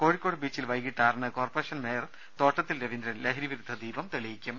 കോഴിക്കോട് ബീച്ചിൽ വൈകീട്ട് ആറിന് കോർപ്പറേഷൻ മേയർ തോട്ടത്തിൽ രവീന്ദ്രൻ ലഹരി വിരുദ്ധ ദീപം തെളിയിക്കും